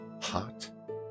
hot